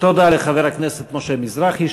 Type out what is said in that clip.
תודה לחבר הכנסת משה מזרחי,